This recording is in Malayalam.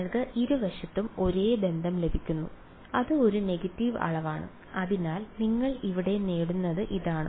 നിങ്ങൾക്ക് ഇരുവശത്തും ഒരേ ബന്ധം ലഭിക്കുന്നു അത് ഒരു നെഗറ്റീവ് അളവാണ് അതിനാൽ നിങ്ങൾ ഇവിടെ നേടുന്നത് ഇതാണ്